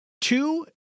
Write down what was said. Two